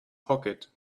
pocket